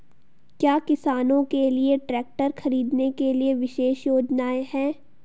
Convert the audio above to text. क्या किसानों के लिए ट्रैक्टर खरीदने के लिए विशेष योजनाएं हैं?